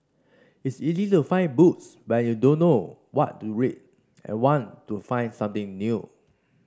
it's easy to find books when you don't know what to read and want to find something new